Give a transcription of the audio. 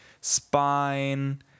spine